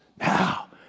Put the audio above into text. Now